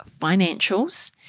financials